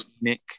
Nick